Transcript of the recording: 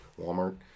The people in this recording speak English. walmart